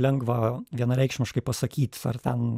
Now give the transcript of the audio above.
lengva vienareikšmiškai pasakyt ar ten